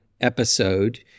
episode